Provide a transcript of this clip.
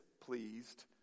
pleased